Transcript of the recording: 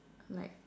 like